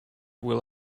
will